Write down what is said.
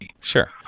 Sure